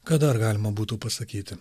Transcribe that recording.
ką dar galima būtų pasakyti